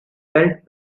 felt